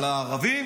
אבל הערבים